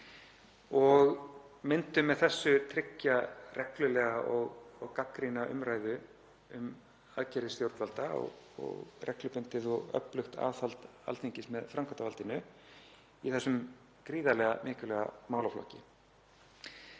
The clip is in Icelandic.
og myndum með þessu tryggja reglulega og gagnrýna umræðu um aðgerðir stjórnvalda og reglubundið og öflugt aðhald Alþingis með framkvæmdarvaldinu í þessum gríðarlega mikilvæga málaflokki.